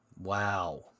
Wow